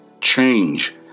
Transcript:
change